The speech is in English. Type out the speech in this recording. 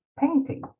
painting